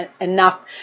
enough